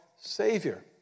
Savior